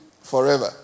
forever